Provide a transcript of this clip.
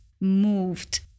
moved